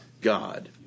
God